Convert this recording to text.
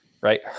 right